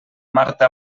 marta